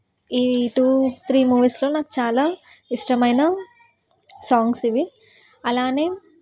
ఈ two three మూవీస్లో నాకు చాలా ఇష్టమైన సాంగ్స్ ఇవి అలానే